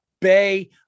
Bay